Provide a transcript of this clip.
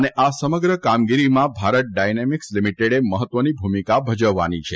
અને આ સમગ્ર કામગીરીમાં ભારત ડાયનેમિકસ લીમીટેડે મહત્વની ભૂમિકા ભજવવાની છે